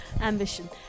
Ambition